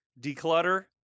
declutter